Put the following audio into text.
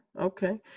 okay